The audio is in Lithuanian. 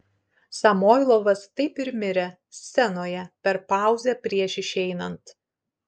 samoilovas taip ir mirė scenoje per pauzę prieš išeinant